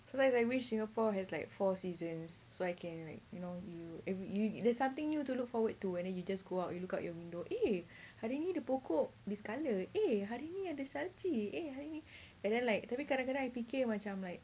sometimes I wish singapore has like four seasons so I can like you know you you there's something new to look forward to whether you just go out you look out your window eh hari ini ada pokok this colour eh hari ini ada salji eh hari ini ada and then like tapi kadang-kadang I fikir macam like